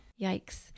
Yikes